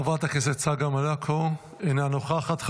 חברת הכנסת צגה מלקו, אינה נוכחת.